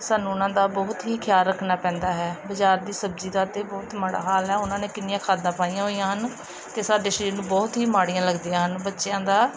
ਸਾਨੂੰ ਉਹਨਾਂ ਦਾ ਬਹੁਤ ਹੀ ਖਿਆਲ ਰੱਖਣਾ ਪੈਂਦਾ ਹੈ ਬਜ਼ਾਰ ਦੀ ਸਬਜ਼ੀ ਦਾ ਤਾਂ ਬਹੁਤ ਮਾੜਾ ਹਾਲ ਹੈ ਉਹਨਾਂ ਨੇ ਕਿੰਨੀਆਂ ਖਾਦਾਂ ਪਾਈਆਂ ਹੋਈਆਂ ਹਨ ਅਤੇ ਸਾਡੇ ਸਰੀਰ ਨੂੰ ਬਹੁਤ ਹੀ ਮਾੜੀਆਂ ਲੱਗਦੀਆਂ ਹਨ ਬੱਚਿਆਂ ਦਾ